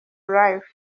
life